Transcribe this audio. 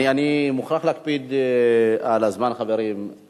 אני מוכרח להקפיד על הזמן, חברים.